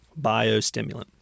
biostimulant